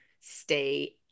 stay